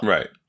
Right